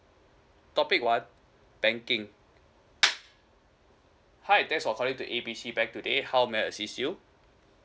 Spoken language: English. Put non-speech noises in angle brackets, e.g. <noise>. topic one banking <noise> hi thanks for calling to A B C bank today how may I assist you